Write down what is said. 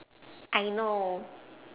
I know